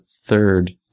third